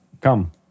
Come